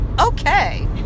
okay